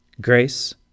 grace